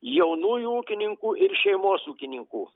jaunųjų ūkininkų ir šeimos ūkininkų